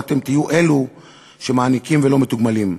אתם תהיו אלו שמעניקים ולא מתוגמלים,